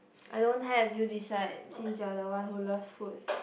I don't have you decide since you're the one who loves food